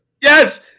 Yes